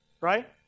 right